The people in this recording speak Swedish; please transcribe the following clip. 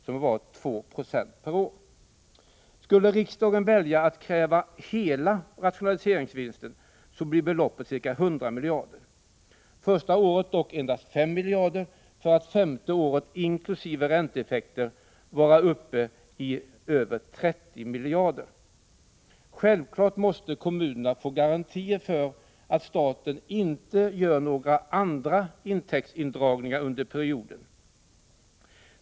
Det har varit2 Yo per år. Skulle riksdagen välja att kräva hela rationaliseringsvinsten, blir beloppet ca 100 miljarder — första året dock endast 5 miljarder — för att femte året, ränteeffekter inräknade, vara uppe i över 30 miljarder. Självfallet måste kommunerna få garantier för att staten inte gör några andra intäktsindragningar under perioden.